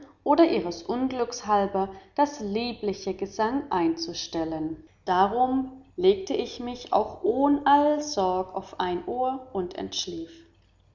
oder ihres unglücks halber das liebliche gesang einzustellen darumb legte ich mich auch ohn alle sorg auf ein ohr und entschlief